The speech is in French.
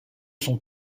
son